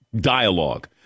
dialogue